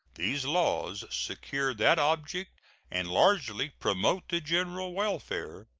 these laws secure that object and largely promote the general welfare.